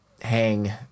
hang